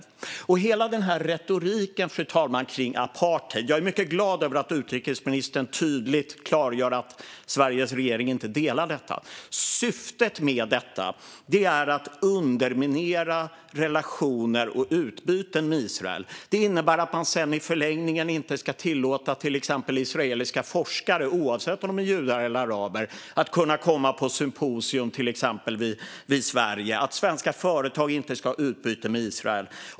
Syftet med hela den här retoriken kring apartheid - och jag är mycket glad att utrikesministern tydligt klargör att Sveriges regering inte delar den synen, fru talman - är att underminera relationer och utbyten med Israel. Det innebär att man i förlängningen inte ska tillåta till exempel israeliska forskare, oavsett om de är judar eller araber, att komma på symposium i Sverige och att svenska företag inte ska ha utbyte med Israel.